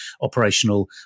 operational